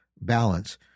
balance